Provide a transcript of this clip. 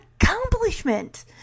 accomplishment